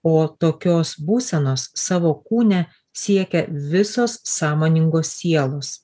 o tokios būsenos savo kūne siekia visos sąmoningos sielos